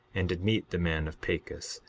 and did meet the men of pachus,